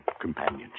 companionship